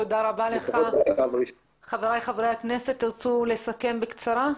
תודה רבה לך, חבריי חברי הכנסת, תרצו לסכם בקצרה?